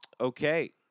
Okay